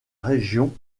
région